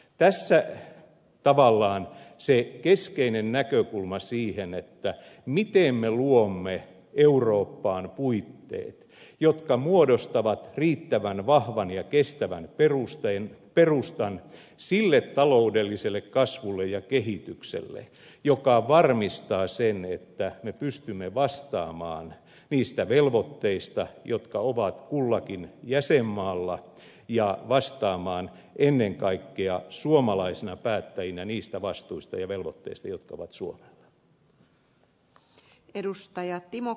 tässä on tavallaan se keskeinen näkökulma siihen miten me luomme eurooppaan puitteet jotka muodostavat riittävän vahvan ja kestävän perustan sille taloudelliselle kasvulle ja kehitykselle joka varmistaa sen että me pystymme vastaamaan niistä velvoitteista jotka ovat kullakin jäsenmaalla ja vastaamaan ennen kaikkea suomalaisina päättäjinä niistä vastuista ja velvoitteista jotka ovat suomella